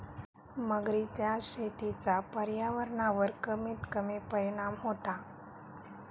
मगरीच्या शेतीचा पर्यावरणावर कमीत कमी परिणाम होता